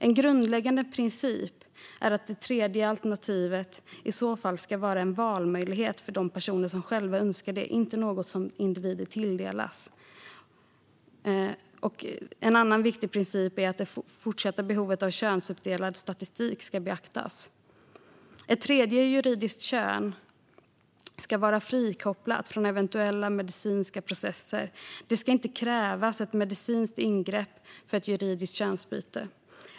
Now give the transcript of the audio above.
En grundläggande princip är att det tredje alternativet i så fall ska vara en valmöjlighet för de personer som själva önskar det, inte något som individer tilldelas. En annan viktig princip är att det fortsatta behovet av könsuppdelad statistik ska beaktas. Ett tredje juridiskt kön ska vara frikopplat från eventuella medicinska processer. Det ska inte krävas ett medicinskt ingrepp för ett juridiskt könsbyte.